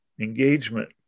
engagement